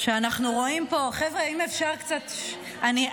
שאנחנו רואים פה, חבר'ה, אם אפשר קצת, מי השר?